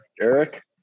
Eric